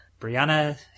Brianna